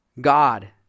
God